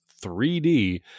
3D